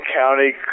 county